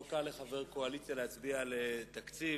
לא קל לחבר קואליציה להצביע על תקציב.